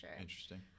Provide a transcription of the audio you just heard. Interesting